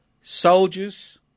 Soldiers